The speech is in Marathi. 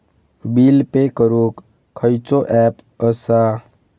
बिल पे करूक खैचो ऍप असा?